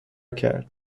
کرد